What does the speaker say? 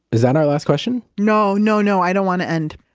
was that our last question? no, no, no. i don't want to end.